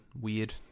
weird